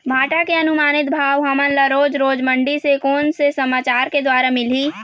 भांटा के अनुमानित भाव हमन ला रोज रोज मंडी से कोन से समाचार के द्वारा मिलही?